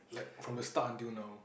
like from the start until now